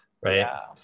right